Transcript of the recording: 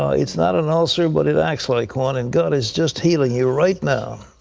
it's not an ulcer, but it acts like one, and god is just healing you right now.